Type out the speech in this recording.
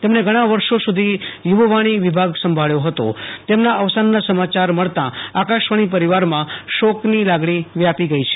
તેમણે ઘણા વર્ષો સુ ધી યુ વાણી વિભાગ સંભાળ્યો હતો તેમના અવસાનના સમાચાર મળતા આકાશવાણી પરિવારમાં શોકની લાગણી વ્યાપી ગઈ છે